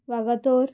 Vagator